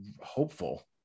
hopeful